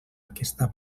aquesta